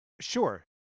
Sure